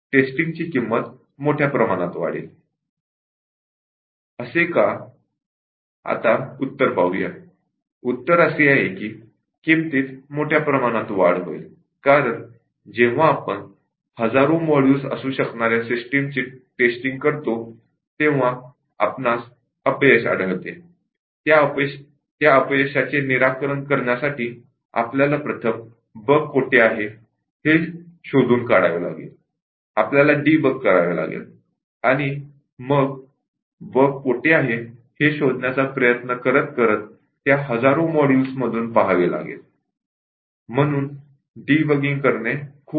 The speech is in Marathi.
टेस्टिंगची किंमत मोठ्या प्रमाणात वाढेल कारण जेव्हा आपण हजारो मॉड्यूल असू शकणार्या सिस्टीमची टेस्टिंग करतो तेव्हा आपणास फेलियर येऊ शकते आणि त्या फेलियरचे निराकरण करण्यासाठी आपल्याला प्रथम बग कोठे आहे हे शोधून काढावे लागेल आपल्याला डीबग करावे लागेल आणि मग बग कोठे आहे हे शोधण्याचा प्रयत्न करत करत त्या हजारो मॉड्यूलमधून पहावे लागेल